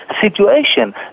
situation